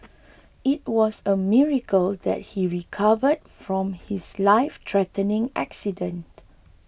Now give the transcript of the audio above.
it was a miracle that he recovered from his lifethreatening accident